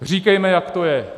Říkejme, jak to je.